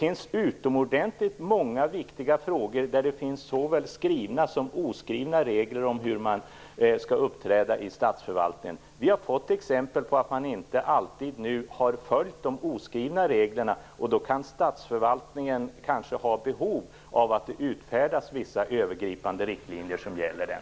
I utomordentligt många viktiga frågor finns det såväl skrivna som oskrivna regler om hur man skall uppträda i statsförvaltningen. Vi har fått exempel på att man inte alltid har följt de oskrivna reglerna. Då kan statsförvaltningen kanske ha behov av att det utfärdas vissa övergripande riktlinjer som gäller den.